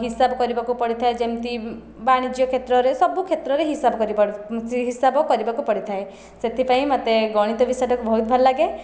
ହିସାବ କରିବାକୁ ପଡ଼ିଥାଏ ଯେମିତି ବାଣିଜ୍ୟ କ୍ଷେତ୍ରରେ ସବୁ କ୍ଷେତ୍ରରେ ହିସାବ ହିସାବ କରିବାକୁ ପଡ଼ିଥାଏ ସେଥିପାଇଁ ମୋତେ ଗଣିତ ବିଷୟଟାକୁ ବହୁତ ଭଲ ଲାଗେ